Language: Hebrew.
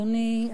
אדוני,